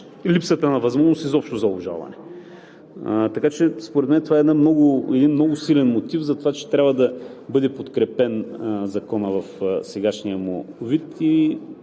липсата на възможност за обжалване. Така че според мен това е един много силен мотив за това, че трябва да бъде подкрепен Законът в сегашния му вид и,